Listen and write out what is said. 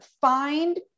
Find